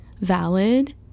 valid